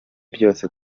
byose